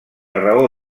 raó